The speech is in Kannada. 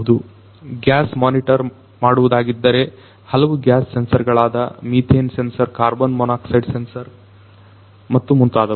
ಗ್ಯಾಸ್ ಮೋನಿಟರ್ ಮಾಡುವುದಾಗಿದ್ದರೆ ಹಲವು ಗ್ಯಾಸ್ ಸೆನ್ಸರ್ ಗಳಾದಂತಹ methane sensor carbon monoxide sensor ಮತ್ತು ಮುಂತಾದವುಗಳು